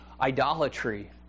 idolatry